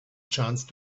chance